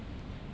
ah